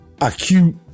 acute